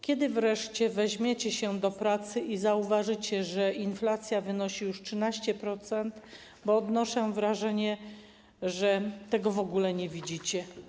Kiedy wreszcie weźmiecie się do pracy i zauważycie, że inflacja wynosi już 13%, bo odnoszę wrażenie, że tego w ogóle nie widzicie.